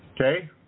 Okay